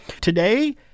Today